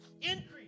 increase